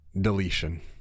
deletion